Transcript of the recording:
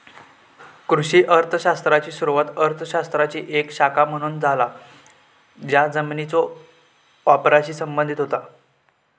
कृषी अर्थ शास्त्राची सुरुवात अर्थ शास्त्राची एक शाखा म्हणून झाला ज्या जमिनीच्यो वापराशी संबंधित होता